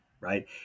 Right